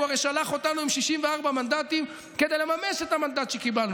הוא הרי שלח אותנו עם 64 מנדטים כדי לממש את המנדט שקיבלנו